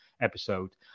episode